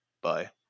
Bye